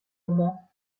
moment